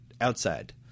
outside